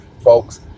folks